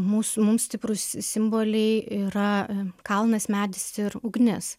mūs mums stiprūs si simboliai yra kalnas medis ir ugnis